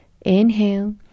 inhale